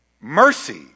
mercy